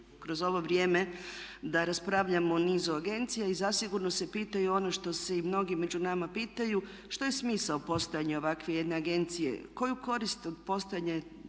kroz ovo vrijeme da raspravljamo o nizu agencija i zasigurno se pitaju ono što se i mnogi među nama pitaju što je smisao postojanja ovakve jedne agencije, koju korist od postojanja